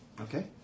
Okay